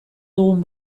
dugun